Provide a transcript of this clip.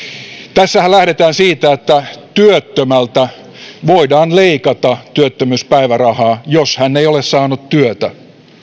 tässähän lähdetään siitä että työttömältä voidaan leikata työttömyyspäivärahaa jos hän ei ole saanut työtä